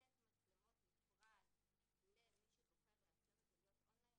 מצלמות נפרד למי שבוחר שיהיה גם סט מצלמות און-ליין,